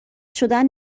شدن